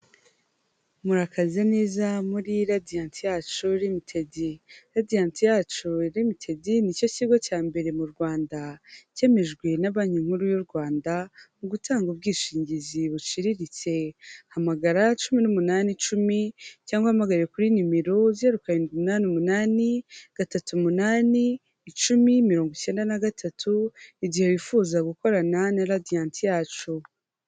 Murakaze neza muri Radiyati yacu rimitedi. Radiyati yacu rimitedi ni cyo kigo cya mbere mu Rwanda cyemejwe na Banki Nkuru y'u Rwanda mu gutanga ubwishingizi buciriritse. Hamagara cumi n'umunani, icumi cyangwa uhamagare kuri nimero: zeru, karindwi, umunani, umunani, gatatu, umunani, icumi, mirongo cyenda na gatatu, igihe wifuza gukorana na Radiyati yacu.